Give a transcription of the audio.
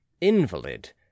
Invalid